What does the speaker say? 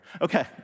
Okay